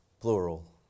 plural